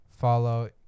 follow